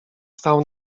stał